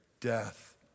death